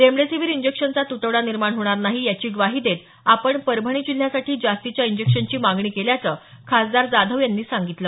remdesivir इंजेक्शनचा तुटवडा निर्माण होणार नाही याची ग्वाही देत आपण परभणी जिल्ह्यासाठी जास्तीच्या इंजेक्शनची मागणी केल्याचं खासदार जाधव यांनी सांगितलं